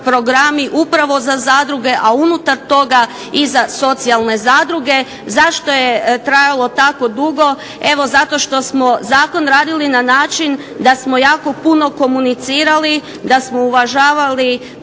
programi upravo za zadruge, a unutar toga i za socijalne zadruge. Zašto je trajalo tako dugo? Evo zato što smo zakon radili na način da smo jako puno komunicirali, da smo uvažavali